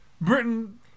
britain